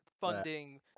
Funding